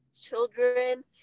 children